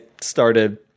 started